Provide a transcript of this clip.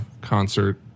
concert